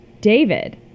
David